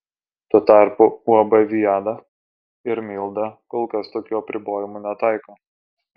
tuo tarpu uab viada ir milda kol kas tokių apribojimų netaiko